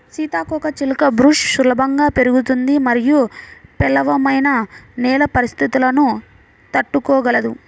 సీతాకోకచిలుక బుష్ సులభంగా పెరుగుతుంది మరియు పేలవమైన నేల పరిస్థితులను తట్టుకోగలదు